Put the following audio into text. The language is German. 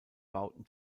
bauten